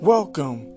Welcome